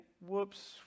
whoops